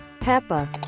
peppa